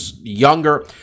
younger